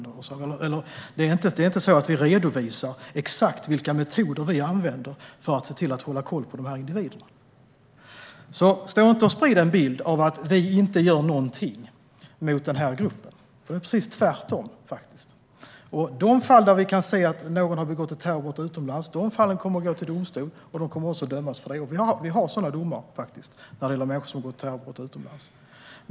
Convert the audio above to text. Det är inte så vi redovisar exakt vilka metoder vi använder för att hålla kolla på de här individerna. Stå därför inte och sprid en bild av att vi inte gör någonting mot den här gruppen, Adam Marttinen! Det är faktiskt precis tvärtom: I de fall vi kan se att någon har begått ett terrorbrott utomlands kommer det att gå till domstol, och de kommer också att dömas. Vi har för övrigt redan sådana domar när det gäller människor som har begått terrorbrott utomlands.